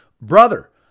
Brother